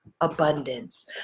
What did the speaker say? abundance